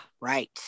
Right